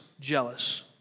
jealous